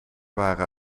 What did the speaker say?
waren